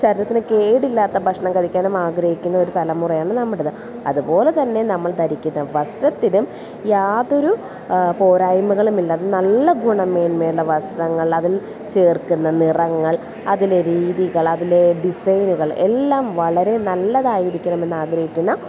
ശരീരത്തിന് കേടില്ലാത്ത ഭക്ഷണം കഴിക്കാനും ആഗ്രഹിക്കുന്ന ഒരു തലമുറയാണ് നമ്മുടെത് അതുപോലെത്തന്നെ നമ്മൾ ധരിക്കുന്ന വസ്ത്രത്തിനും യാതൊരു പോരായ്മകളുമില്ല അത് നല്ല ഗുണമേന്മയുള്ള വസ്ത്രങ്ങൾ അതിൽ ചേർക്കുന്ന നിറങ്ങൾ അതിലെ രീതികൾ അതിലെ ഡിസൈനുകൾ എല്ലാം വളരെ നല്ലതായിരിക്കണമെന്ന് ആഗ്രഹിക്കുന്ന